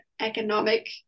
economic